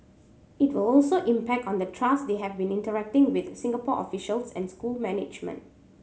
it will also impact on the trust they have when interacting with Singapore officials and school management